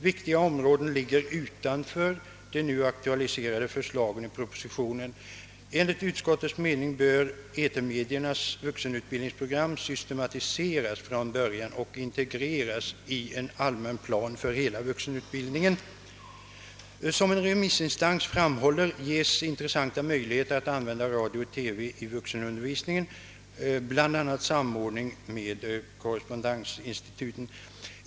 Viktiga områden ligger utanför de nu aktualiserade förslagen i propositionen. Enligt utskottets mening bör etermediernas vuxenutbildningsprogram systematiseras från början och integreras i en allmän plan för hela vuxenutbildningen. Som en remissinstans framhåller ges intressanta möjligheter att an vända radio/TV i vuxenundervisningen, bland annat samordning med korrespondensinstituten.